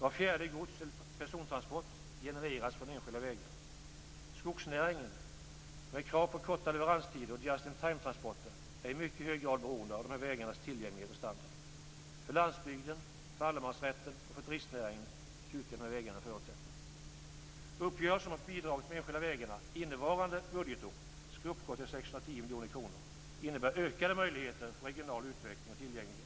Var fjärde gods eller persontransport genereras från enskilda vägar. Skogsnäringen, med krav på korta leveranstider och just in time-transporter, är i mycket hög grad beroende av dessa vägars tillgänglighet och standard. För landsbygden, allemansrätten och turistnäringen utgör dessa vägar en förutsättning. Uppgörelsen om att bidraget till de enskilda vägarna innevarande budgetår skall uppgå till 610 miljoner kronor innebär ökade möjligheter för regional utveckling och tillgänglighet.